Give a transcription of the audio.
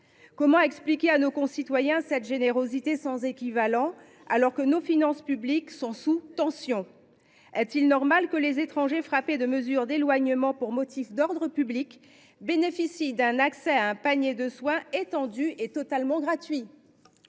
Comment expliquer à nos concitoyens cette générosité sans équivalent, alors que nos finances publiques sont sous tension ? Est il normal que les étrangers frappés de mesures d’éloignement pour motif d’ordre public bénéficient d’un accès à un panier de soins étendu et totalement gratuit ?